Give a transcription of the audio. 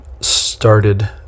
started